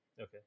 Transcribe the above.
Okay